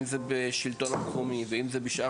אם זה בשלטון המקומי ואם זה בשאר